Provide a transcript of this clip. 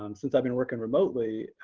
um since i've been working remotely.